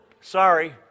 Sorry